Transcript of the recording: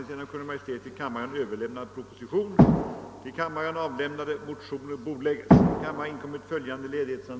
Stockholm den 24 april 1969 Gösta Bohman